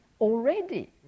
already